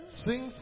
sing